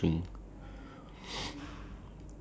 okay then go on top of it the jeep